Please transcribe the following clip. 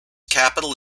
capital